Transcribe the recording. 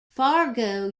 fargo